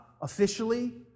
officially